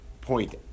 point